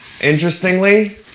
interestingly